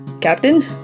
captain